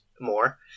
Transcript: more